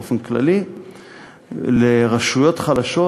באופן כללי לרשויות חלשות.